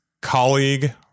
colleague